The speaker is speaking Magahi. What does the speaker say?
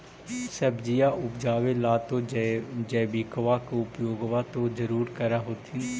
सब्जिया उपजाबे ला तो जैबिकबा के उपयोग्बा तो जरुरे कर होथिं?